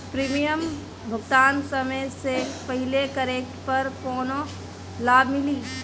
Premium भुगतान समय से पहिले करे पर कौनो लाभ मिली?